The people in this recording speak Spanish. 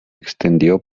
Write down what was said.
extendió